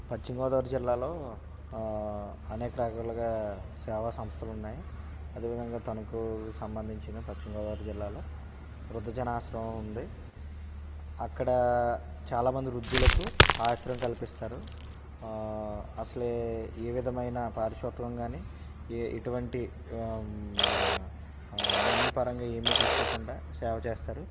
పశ్చిమ గోదావరి జిల్లాలో అనేక రకాలుగా సేవా సంస్థలు ఉన్నాయి అదే విధంగా తనకు సంబంధించిన పశ్చిమ గోదావరి జిల్లాలో వృద్ధ జనాశ్రమం ఉంది అక్కడ చాలా మంది వృద్ధులకు ఆశ్రయం కల్పిస్తారు అసలే ఏ విధమైన పారితోషికం కానీ ఎటువంటి మనీ పరంగా ఏమీ తీసుకోకుండా సేవ చేస్తారు